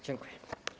Dziękuję.